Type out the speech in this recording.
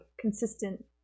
consistent